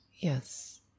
Yes